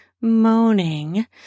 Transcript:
moaning